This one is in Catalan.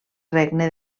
regne